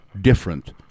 different